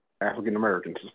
African-Americans